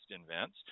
invents